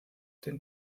den